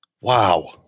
Wow